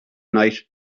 night